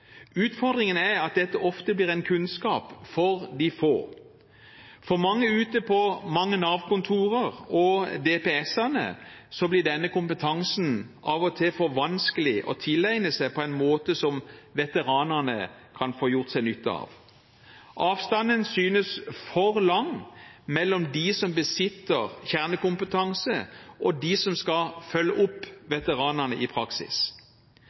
Utfordringen er at dette ofte blir en kunnskap for de få. For mange ute på Nav-kontorene og ved DPS-ene blir denne kompetansen av og til for vanskelig å tilegne seg på en slik måte at veteranene kan få gjort seg nytte av den. Avstanden synes for lang mellom dem som besitter kjernekompetanse, og dem som skal følge opp veteranene i praksis.